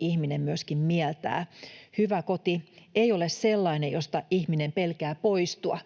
ihminen kodin myöskin mieltää. Hyvä koti ei ole sellainen, josta ihminen pelkää poistua